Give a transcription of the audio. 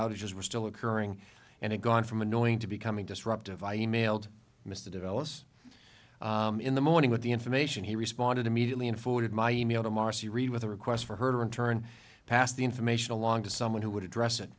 outages were still occurring and it gone from annoying to becoming disruptive i e mailed mr develops in the morning with the information he responded immediately and forwarded my email to marcy ri with a request for her to return pass the information along to someone who would address it